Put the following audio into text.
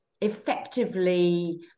effectively